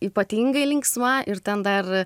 ypatingai linksma ir ten dar